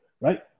right